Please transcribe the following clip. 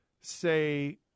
say